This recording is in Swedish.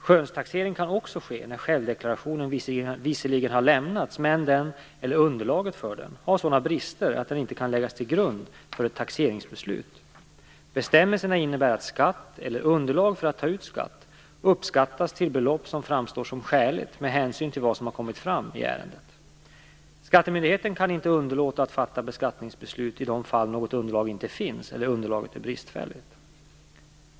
Skönstaxering kan också ske när självdeklaration visserligen har lämnats men den, eller underlaget för den, har sådana brister att den inte kan läggas till grund för ett taxeringsbeslut. Bestämmelserna innebär att skatt, eller underlag för att ta ut skatt, uppskattas till belopp som framstår som skäligt med hänsyn till vad som har kommit fram i ärendet. Skattemyndigheten kan inte underlåta att fatta beskattningsbeslut i de fall något underlag inte finns eller underlaget är bristfälligt.